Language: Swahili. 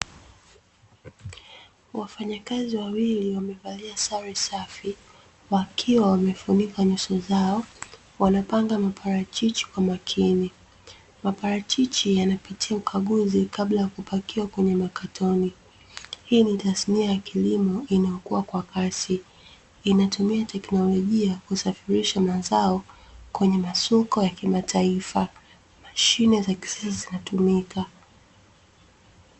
Wafanyakazi wawili wamevalia sare safi wakiwa wamefunika nyuso zao wanapanga maparachichi kwa makini, maparachichi yanapitia ukaguzi kabla ya kupakiwa kwenye makatoni. Hii ni tasnia ya kilimo inayokuwa kwa kasi inatumia teknolojia kusafirisha kwenye masoko ya kimataifa mashine za kisasa zinatumika.